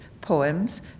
poems